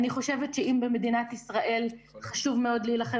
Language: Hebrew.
אני חושבת שאם במדינת ישראל חשוב מאוד להילחם